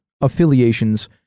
affiliations